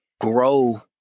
grow